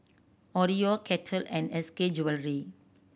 Oreo Kettle and S K Jewellery